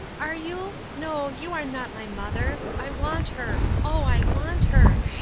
are you no, you are not my mother. i want her oh, i want her!